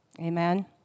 Amen